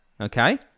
okay